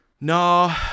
no